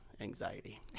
anxiety